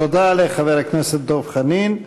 תודה לחבר הכנסת דב חנין.